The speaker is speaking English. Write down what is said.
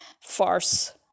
farce